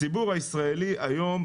הציבור הישראלי היום,